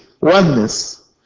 oneness